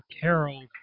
Carol